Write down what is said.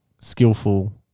skillful